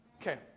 Okay